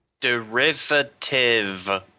Derivative